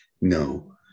No